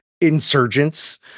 insurgents